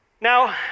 Now